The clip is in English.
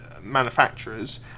manufacturers